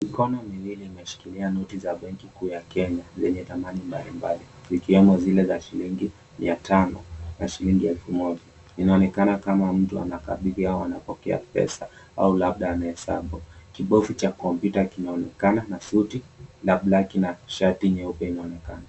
Mikono miwili imeshikilia noti za benki kuu ya Kenya lenye thamani mbalimbali ikiwemo zile za shillingi mia tano na shillingi elfu moja. Inaonekana kama mtu anakabidhiwa ama anapokea pesa ama labda anahesabu. Kibofu cha kompyuta kinaonekana na suti la blaki na shati nyeupe inaonekana.